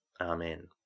Amen